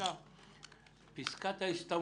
בחקיקה כשהייתי ינוקא בכנסת היה: פסקת ההסתמכות,